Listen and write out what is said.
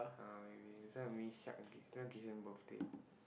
ah wait wait this one me this one give him birthday